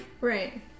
Right